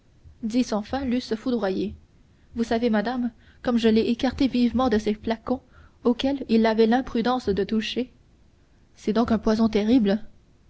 dix enfin l'eussent foudroyé vous savez madame comme je l'ai écarté vivement de ces flacons auxquels il avait l'imprudence de toucher c'est donc un poison terrible